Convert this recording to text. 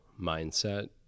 mindset